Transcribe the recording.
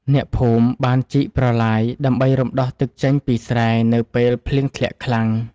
អ្នកភូមិបានជីកប្រឡាយដើម្បីរំដោះទឹកចេញពីស្រែនៅពេលភ្លៀងធ្លាក់ខ្លាំង។